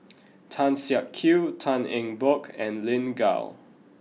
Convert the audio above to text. Tan Siak Kew Tan Eng Bock and Lin Gao